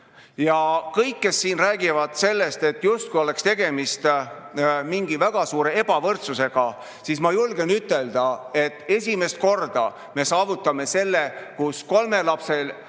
Kõigile, kes siin räägivad sellest, et justkui oleks tegemist mingi väga suure ebavõrdsusega, ma julgen ütelda, et esimest korda me saavutame selle, kus kolmelapseline